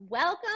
Welcome